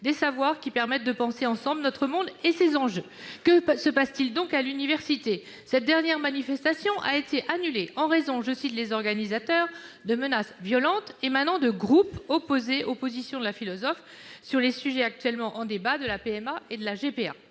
des savoirs qui permette de penser ensemble notre monde et ses enjeux ». Que se passe-t-il donc à l'université ? Cette dernière manifestation a été annulée en raison, je cite les organisateurs, de « menaces violentes » émanant de « groupes » opposés aux positions de la philosophe sur les sujets actuellement en débat de la PMA et de la GPA,